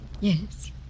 Yes